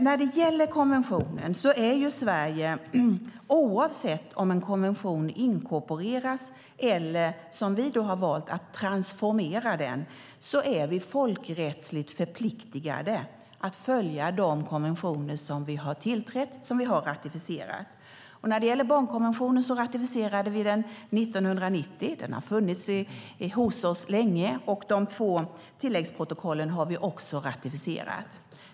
Oavsett om en konvention inkorporeras eller transformeras, som vi då har valt att göra, är vi folkrättsligt förpliktade att följa de konventioner som vi har tillträtt, som vi har ratificerat. Barnkonventionen ratificerade vi 1990. Den har funnits hos oss länge. De två tilläggsprotokollen har vi också ratificerat.